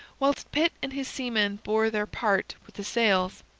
whilst pitt and his seamen bore their part with the sails,